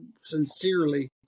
sincerely